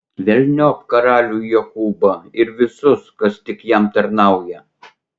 velniop karalių jokūbą ir visus kas tik jam tarnauja